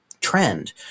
trend